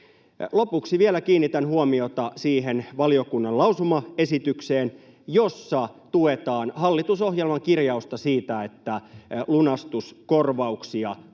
Lopuksi vielä kiinnitän huomiota siihen valiokunnan lausumaesitykseen, jossa tuetaan hallitusohjelman kirjausta siitä, että lunastuskorvauksia korotetaan.